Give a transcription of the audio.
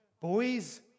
boys